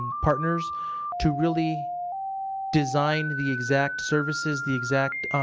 partners to really design the exact services, the exact